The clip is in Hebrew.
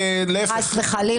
מספיק משהו אחר.